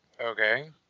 Okay